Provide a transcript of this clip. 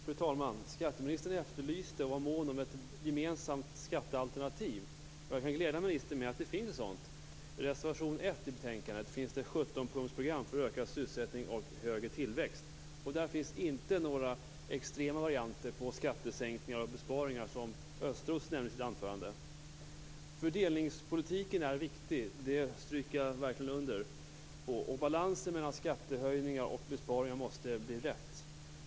Fru talman! Skatteministern efterlyste ett gemensamt skattealternativ. Jag kan glädja ministern med att ett sådant finns. I reservation 1 i betänkandet finns ett 17-punktsprogram för ökad sysselsättning och högre tillväxt. Där finns inte några extrema varianter på skattesänkningar och besparingar, som Östros nämnde i sitt anförande. Fördelningspolitiken är viktig, det instämmer jag verkligen i. Balansen mellan skattehöjningar och besparingar måste bli rätt.